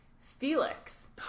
Felix